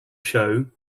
show